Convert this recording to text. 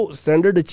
standard